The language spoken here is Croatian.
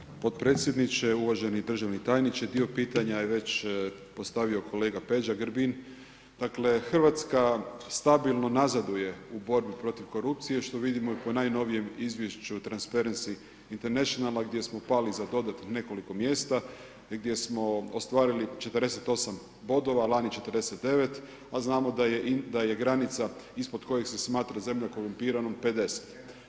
Hvala lijepo podpredsjedniče, uvaženi državni tajniče, dio pitanja je već postavio kolega Peđa Grbin, dakle Hrvatska stabilno nazaduje u borbi protiv korupcije što vidimo i po najnovijem izvješću Transparency international gdje smo pali za dodatnih nekoliko mjesta, gdje smo ostvarili 48 bodova, lani 49, a znamo da je granica ispod koje se smatra zemlja korumpiranom 50.